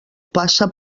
passa